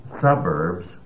suburbs